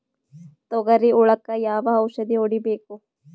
ತೊಗರಿ ಹುಳಕ ಯಾವ ಔಷಧಿ ಹೋಡಿಬೇಕು?